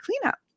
cleanup